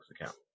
account